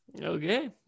Okay